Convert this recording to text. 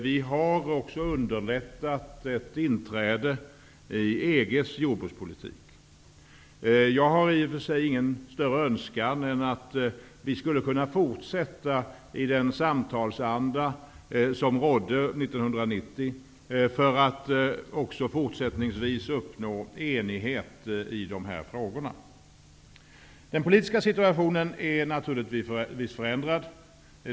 Vi har också underlättat ett inträde i EG:s jordbrukspolitik. Jag har i och för sig ingen större önskan än att vi skulle kunna fortsätta i den samtalsanda som rådde 1990 för att också fortsättningsvis uppnå enighet i de här frågorna. Den politiska situationen är naturligtvis förändrad.